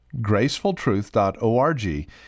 Gracefultruth.org